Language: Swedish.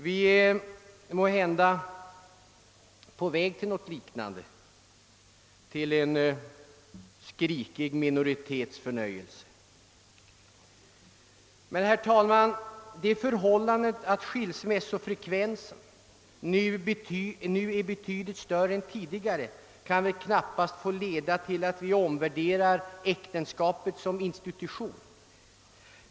Vi är måhända på väg till något liknande, till en skrikig minoritets förnöjelse. Men, herr talman, det förhållandet, att skilsmässofrekvensen nu är betydligt större än tidigare, kan väl knappast få leda till en omvärdering av äktenskapet som institution.